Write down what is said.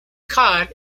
cod